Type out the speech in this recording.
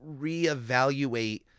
reevaluate